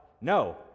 no